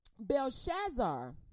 belshazzar